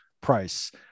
price